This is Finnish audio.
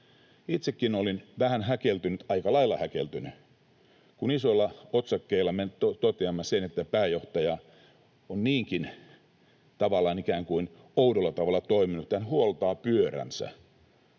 Itsekin olin vähän häkeltynyt, aika lailla häkeltynyt, kun isoilla otsakkeilla me toteamme sen, että pääjohtaja on niinkin ikään kuin oudolla tavalla toiminut, että hän huollattaa pyöränsä